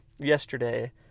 yesterday